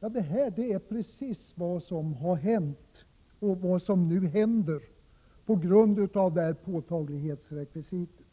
Det är precis vad som har hänt och vad som händer på grund av påtaglighetsrekvisitet.